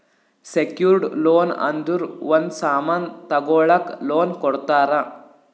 secured loan ಅಂದುರ್ ಒಂದ್ ಸಾಮನ್ ತಗೊಳಕ್ ಲೋನ್ ಕೊಡ್ತಾರ